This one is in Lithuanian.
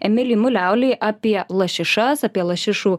emilį muliaulį apie lašišas apie lašišų